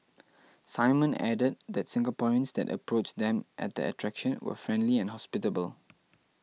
Simon added that Singaporeans that approached them at the attraction were friendly and hospitable